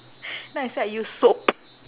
then I say I use soap